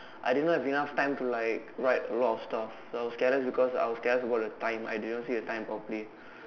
I did not have enough time to like write a lot of stuff so I was careless because I was careless about the time I did not see the time properly